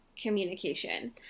communication